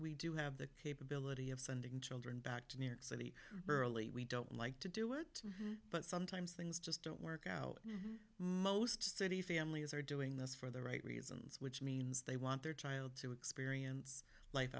we do have the capability of sending children back to new york city early we don't like to do it but sometimes things just don't work out most city families are doing this for the right reasons which means they want their child to experience life